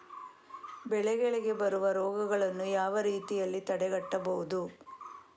ಬೆಳೆಗಳಿಗೆ ಬರುವ ರೋಗಗಳನ್ನು ಯಾವ ರೀತಿಯಲ್ಲಿ ತಡೆಗಟ್ಟಬಹುದು?